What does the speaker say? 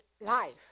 life